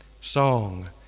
song